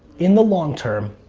in the long term,